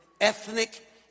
ethnic